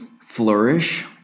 Flourish